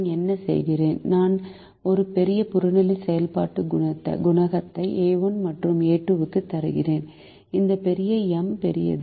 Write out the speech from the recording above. நான் என்ன செய்கிறேன் நான் ஒரு பெரிய புறநிலை செயல்பாடு குணகத்தை a1 மற்றும் a2 க்கு தருகிறேன் இந்த பெரிய M பெரியது